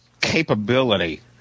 capability